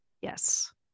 Yes